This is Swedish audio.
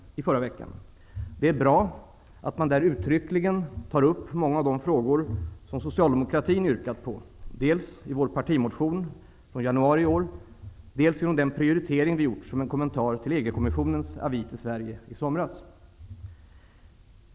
Det är bra att man där uttryckligen tar upp många av de frågor som Socialdemokraterna har yrkat på, dels i vår partimotion från januari i år, dels i den prioritering vi har gjort som en kommentar till EG kommissionens avis till Sverige i somras.